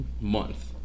month